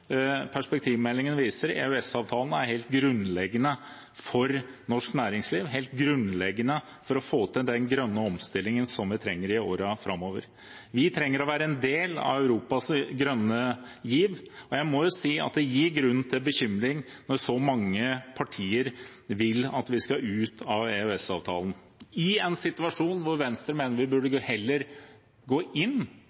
perspektivmeldingen viser, er EØS-avtalen helt grunnleggende for norsk næringsliv, helt grunnleggende for å få til den grønne omstillingen vi trenger i årene framover. Vi trenger å være en del av Europas grønne giv. Jeg må si at det gir grunn til bekymring når så mange partier vil at vi skal ut av EØS-avtalen, i en situasjon hvor Venstre mener vi heller burde